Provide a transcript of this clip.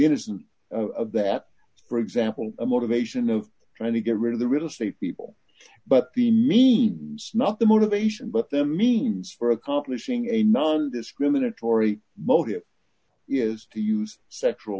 innocent that for example a motivation of trying to get rid of the real estate people but the means not the motivation but the means for accomplishing a nondiscriminatory motive is to use sexual